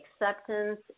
acceptance